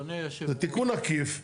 זה תיקון עקיף.